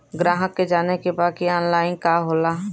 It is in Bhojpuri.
ग्राहक के जाने के बा की ऑनलाइन का होला?